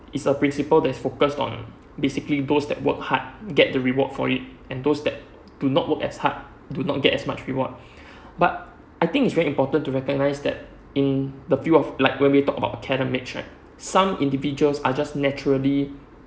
is a principle that's focus on basically those that work hard get the reward for it and those that do not work as hard do not get as much reward but I think it's very important to recognize that in the few of like when we talk about academics right some individuals are just naturally